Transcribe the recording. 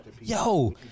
yo